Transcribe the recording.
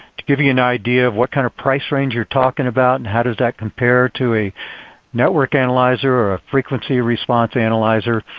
to give you an idea of what kind of price range you're talking about and how does that compare to a network analyzer or a frequency response analyzer,